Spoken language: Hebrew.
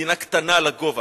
מדינה קטנה לגובה.